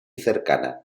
cercana